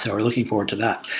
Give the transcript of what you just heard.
so we're looking forward to that.